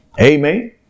Amen